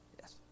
Yes